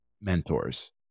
mentors